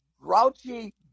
grouchy